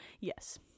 Yes